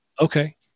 Okay